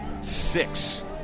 six